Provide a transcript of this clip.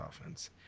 offense